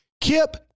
Kip